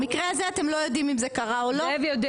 במקרה הזה אתם לא יודעים אם זה קרה או לא.